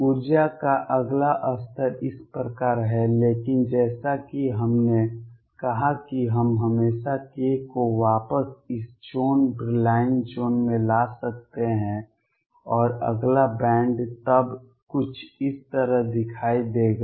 ऊर्जा का अगला स्तर इस प्रकार है लेकिन जैसा कि हमने कहा कि हम हमेशा k को वापस इस ज़ोन ब्रिलॉइन ज़ोन में ला सकते हैं और अगला बैंड तब कुछ इस तरह दिखाई देगा